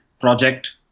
Project